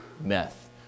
meth